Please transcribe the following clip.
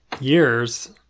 years